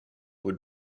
would